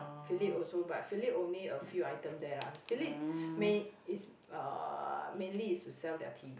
Phillips also but Phillips only a few item there lah Phillips main is uh mainly is to sell their T_V